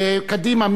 קדימה,